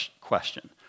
question